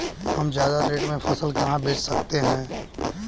हम ज्यादा रेट में फसल कहाँ बेच सकते हैं?